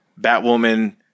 Batwoman